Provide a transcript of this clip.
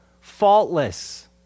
faultless